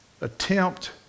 attempt